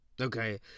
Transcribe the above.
Okay